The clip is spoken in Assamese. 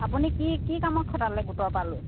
আপুনি কি কি কামত খটালে গোটৰ পৰা লৈ